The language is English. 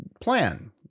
plan